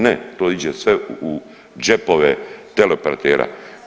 Ne, to iđe sve u džepove teleoperatera.